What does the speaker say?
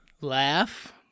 Laugh